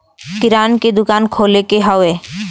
किराना के दुकान खोले के हौ